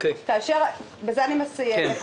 בזה אני מסיימת,